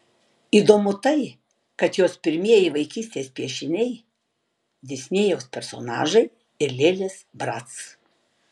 įdomu tai kad jos pirmieji vaikystės piešiniai disnėjaus personažai ir lėlės brac